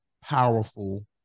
powerful